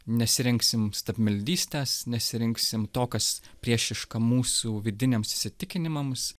nesirinksim stabmeldystės nesirinksim to kas priešiška mūsų vidiniams įsitikinimams